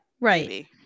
right